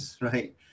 right